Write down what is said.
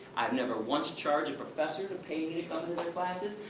i've never once charged a professor to pay me to come to their classes.